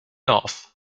off